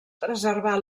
preservar